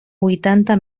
huitanta